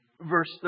verse